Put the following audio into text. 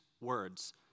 words